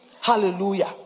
Hallelujah